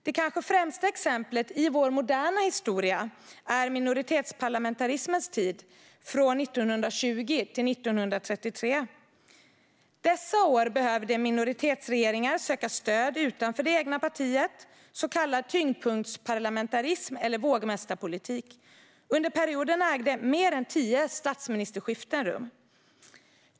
Det kanske främsta exemplet i vår moderna historia är minoritetsparlamentarismens tid från 1920 till 1933. Under dessa år behövde minoritetsregeringar söka stöd utanför det egna partiet, så kallad tyngdpunktsparlamentarism eller vågmästarpolitik. Under perioden ägde mer än tio statsministerskiften rum.